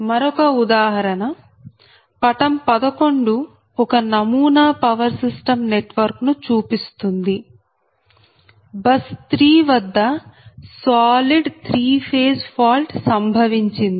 మరొక ఉదాహరణ పటం 11 ఒక నమూనా పవర్ సిస్టం నెట్వర్క్ ను చూపిస్తుంది బస్ 3 వద్ద సాలిడ్ 3 ఫేజ్ ఫాల్ట్ సంభవించింది